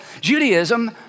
Judaism